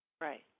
Right